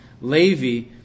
Levi